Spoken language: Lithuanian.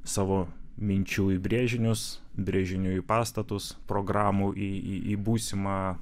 savo minčių į brėžinius brėžinių į pastatus programų į į į būsimą